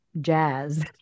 jazz